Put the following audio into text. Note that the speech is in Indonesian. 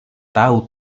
tahu